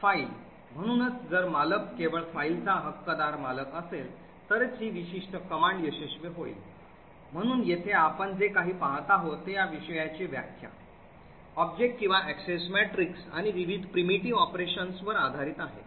file म्हणूनच जर मालक केवळ फाईलचा हक्कदार मालक असेल तरच ही विशिष्ट आज्ञा यशस्वी होईल म्हणून येथे आपण जे काही पाहत आहोत ते या विषयाची व्याख्या object किंवा Access Matrix आणि विविध primitive operations वर आधारित आहे